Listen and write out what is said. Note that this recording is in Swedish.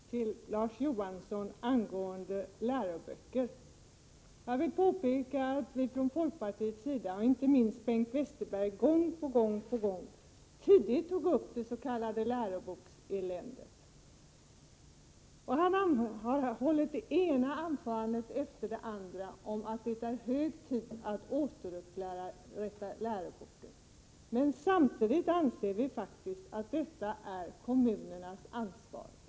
Herr talman! Tack för att jag får replikera på det som Larz Johansson sade om läroböcker. Jag vill påpeka att vi från folkpartiets sida, och inte minst Bengt Westerberg, gång på gång tidigt tog upp det s.k. lärobokseländet. Bengt Westerberg har i det ena anförandet efter det andra sagt att det är hög tid att återupprätta läroboken. Samtidigt anser vi emellertid att detta ligger inom kommunernas ansvarsområde.